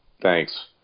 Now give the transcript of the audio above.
Thanks